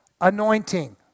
anointing